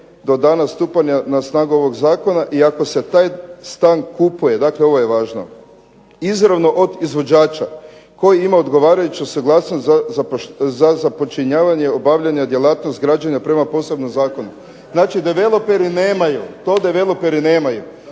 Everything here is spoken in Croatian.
do dana stupanja na snagu ovog Zakona i ako se taj stan kupuje“ dakle ovo je važno „izravno od izvođača koji imaju odgovarajuću suglasnost za započinjavanje obavljanje djelatnosti građenja prema posebnom Zakonu“ Znači da developeri nemaju, to da developeri nemaju